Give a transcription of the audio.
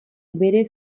bere